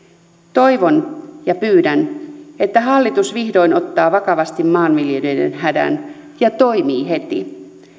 toivon ja pyydän että hallitus vihdoin ottaa vakavasti maanviljelijöiden hädän ja toimii heti